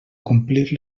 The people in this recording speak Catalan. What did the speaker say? complir